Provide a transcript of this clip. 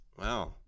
Wow